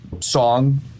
song